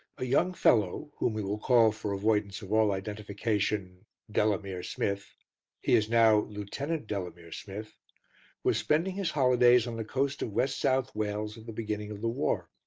a young fellow, whom we will call for avoidance of all identification delamere smith he is now lieutenant delamere smith was spending his holidays on the coast of west south wales at the beginning of the war.